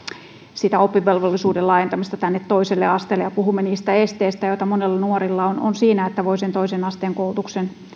sitä oppivelvollisuuden laajentamista tänne toiselle asteelle ja puhumme niistä esteistä joita monilla nuorilla on on siinä että voi sen toisen asteen koulutuksen